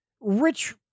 Rich